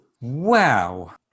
Wow